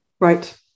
Right